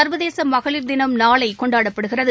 சர்வதேச மகளிர் தினம் நாளை கொண்டாடப்படுகிறது